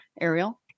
Ariel